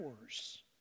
hours